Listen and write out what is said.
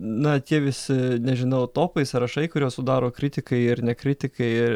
na tie visi nežinau topai sąrašai kuriuos sudaro kritikai ir ne kritikai